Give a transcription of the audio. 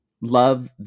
Love